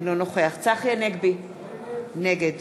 אינו נוכח צחי הנגבי, נגד